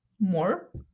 more